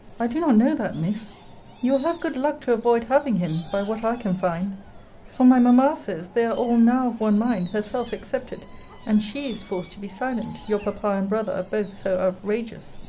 i do not know that, miss you will have good luck to avoid having him, by what i can find for my mamma says, they are all now of one mind, herself excepted and she is forced to be silent, your papa and brother are both so outrageous.